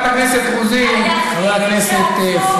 חבריי חברי הכנסת,